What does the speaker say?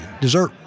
dessert